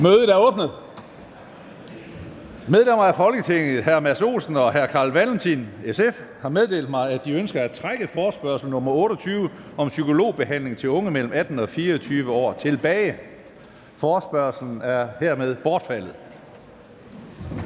Mødet er åbnet. Medlemmer af Folketinget Mads Olsen (SF) og Carl Valentin (SF) har meddelt mig, at de ønsker at trække forespørgsel nr. F 28 om psykologbehandling til unge mellem 18 og 24 år tilbage. Forespørgslen er hermed bortfaldet.